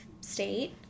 state